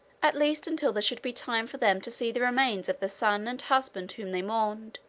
at least until there should be time for them to see the remains of the son and husband whom they mourned,